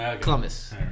Columbus